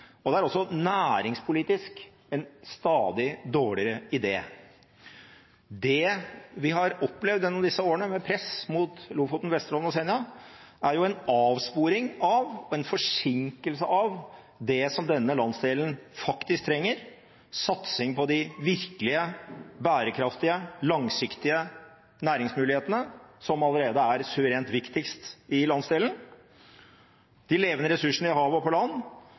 dokumentert. Det er også næringspolitisk en stadig dårligere idé. Det vi har opplevd gjennom disse årene med press mot Lofoten, Vesterålen og Senja, er en avsporing av og en forsinkelse av det som denne landsdelen faktisk trenger: satsing på de virkelig bærekraftige og langsiktige næringsmulighetene, som allerede er suverent viktigst i landsdelen. Det er de levende ressursene i havet og på land,